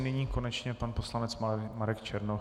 Nyní konečně pan poslanec Marek Černoch.